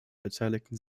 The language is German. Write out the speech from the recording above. beteiligten